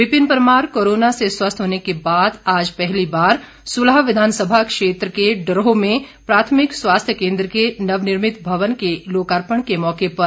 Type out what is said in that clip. Vipin Parmar corona से स्वस्थ होने के बाद आज पहली बार सुलह विधानसभा के डरोह में प्राथमिक स्वास्थ्य केन्द्र के नवनिर्मित भवन के लोकार्पण के मौके पर बोल रहे थे